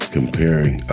Comparing